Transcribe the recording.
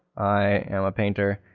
i am a painter,